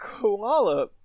Koala